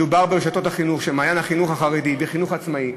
מדובר ברשתות החינוך "מעיין החינוך התורני" והחינוך העצמאי,